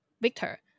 Victor